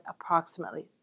approximately